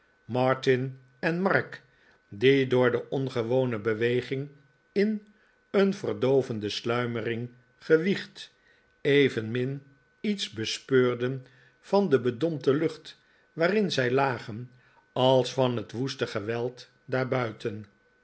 martin en mark die door de ongewone beweging in een verdoovende sluimering gewiegd evenmin iets bespeurden van de bedompte lucht waarin zij lagen als van het woeste geweld